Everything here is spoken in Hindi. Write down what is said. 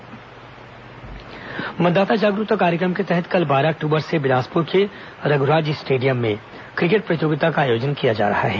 बिलासपुर स्वीप कार्यक्रम मतदाता जागरूकता कार्यक्रम के तहत कल बारह अक्टूबर से बिलासपुर के रघ्राज स्टेडियम में क्रिकेट प्रतियोगिता का आयोजन किया जा रहा है